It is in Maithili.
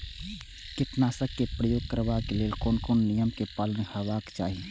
कीटनाशक क प्रयोग करबाक लेल कोन कोन नियम के पालन करबाक चाही?